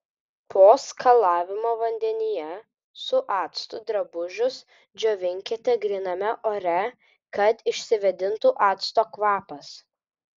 po skalavimo vandenyje su actu drabužius džiovinkite gryname ore kad išsivėdintų acto kvapas